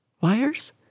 Wires